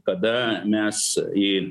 kada mes į